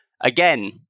Again